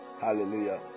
Hallelujah